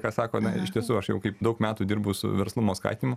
ką sako na iš tiesų aš jau kaip daug metų dirbu su verslumo skatinimu